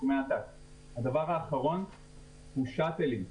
הדבר האחרון הוא שאטלים.